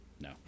No